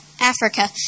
Africa